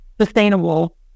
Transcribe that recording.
sustainable